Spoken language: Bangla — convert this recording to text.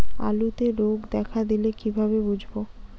আলুতে রোগ দেখা দিলে কিভাবে বুঝবো?